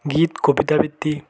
গীত কবিতা আবৃত্তি